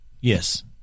Yes